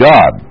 God